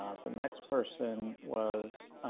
the next person was